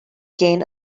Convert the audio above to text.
gain